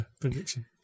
prediction